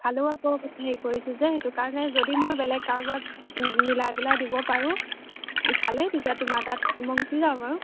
খালেও আকৌ কথা সেই কৰিছোঁ যে সেইটো কাৰণে যদি মই বেলেগ কাৰোবাক মিলাই পেলাই দিব পাৰোঁ ইফালে তেতিয়া তোমাৰ তাত মই গুচি যাওঁ বাৰু